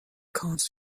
کانس